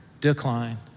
decline